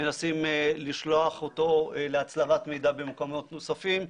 מנסים לשלוח אותו להצלבת מידע במקומות נוספים.